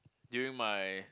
during my